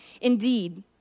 Indeed